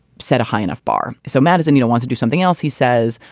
set a high enough bar. so madison, you know, wants to do something else, he says.